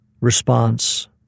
response